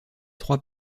trois